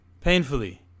painfully